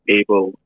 able